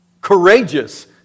courageous